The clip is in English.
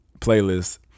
playlist